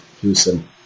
Houston